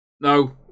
No